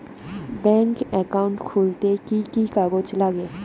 Bank account খুলতে কি কি কাগজ লাগে?